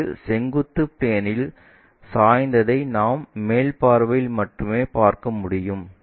இது செங்குத்து பிளேன்இல் சாய்ந்ததை நாம் மேல் பார்வையில் மட்டுமே பார்க்க முடியும்